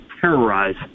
terrorize